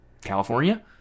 California